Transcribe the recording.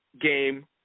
game